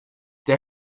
der